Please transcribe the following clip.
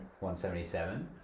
177